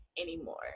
anymore